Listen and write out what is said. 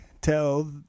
tell